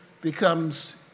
becomes